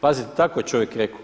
Pazite tako je čovjek rekao.